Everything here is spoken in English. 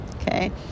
okay